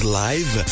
live